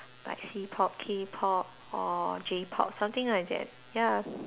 like C-pop K-pop or J-pop something like that ya